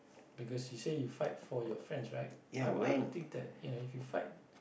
because you say you fight for your friends right I would I would think that you know if you fight